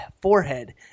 forehead